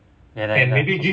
iya lah iya lah of course